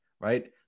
right